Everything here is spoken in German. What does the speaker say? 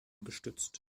gestützt